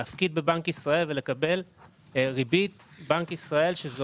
להפקיד בבנק ישראל ולקבל ריבית בנק ישראל שזה